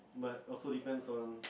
but also depends on